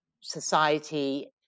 society